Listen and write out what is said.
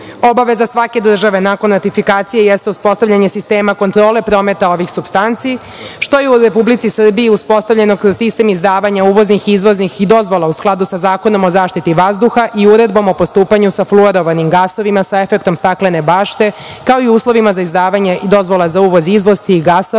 regiona. Obaveza svake države nakon ratifikacije jeste uspostavljanje sistema kontrole prometa ovih supstanci, što je u Republici Srbiji uspostavljeno kroz sistem izdavanja uvoznih, izvoznih i dozvola u skladu sa Zakonom o zaštiti vazduha i Uredbom o postupanju sa fluorovanim gasovima sa efektom staklene bašte, kao i uslovima za izdavanje i dozvola za uvoz-izvoz tih gasova,